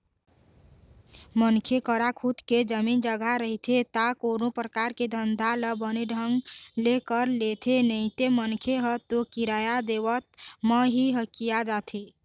मनखे करा खुद के जमीन जघा रहिथे ता कोनो परकार के धंधा ल बने ढंग ले कर लेथे नइते मनखे ह तो किराया देवत म ही हकिया जाथे